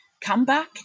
comeback